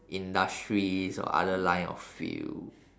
industries or other line of field